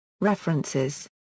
References